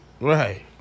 Right